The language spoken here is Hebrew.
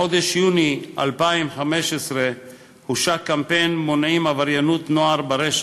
בחודש יוני 2015 הושק קמפיין "מונעים עבריינות נוער ברשת",